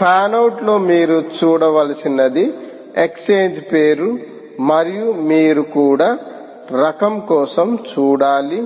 fan out లో మీరు చూడవలసినది ఎక్స్ఛేంజ్ పేరు మరియు మీరు కూడా రకం కోసం చూడాలి